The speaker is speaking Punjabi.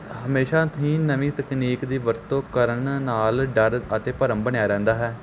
ਹਮੇਸ਼ਾਂ ਤੋਂ ਹੀ ਨਵੀਂ ਤਕਨੀਕ ਦੀ ਵਰਤੋਂ ਕਰਨ ਨਾਲ ਡਰ ਅਤੇ ਭਰਮ ਬਣਿਆ ਰਹਿੰਦਾ ਹੈ